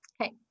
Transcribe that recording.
Okay